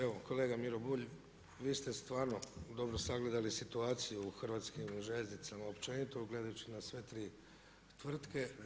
Evo kolega Miro Bulj vi ste stvarno dobro sagledali situaciju u Hrvatskim željeznicama općenito gledajući na sve tri tvrtke.